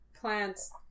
plants